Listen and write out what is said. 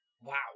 Wow